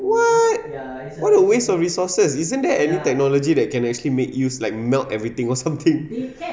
what a waste of resources isn't there any technology that can actually made use like melt everything or something